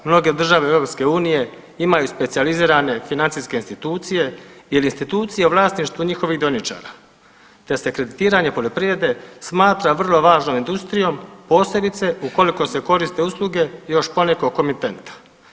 Mnoge države EU imaju specijalizirane financijske institucije ili institucije u vlasništvu njihovih dioničara, te se kreditiranje poljoprivrede smatra vrlo važnom industrijom posebice ukoliko se koriste usluge još ponekog komitenta.